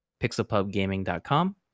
pixelpubgaming.com